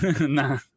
Nah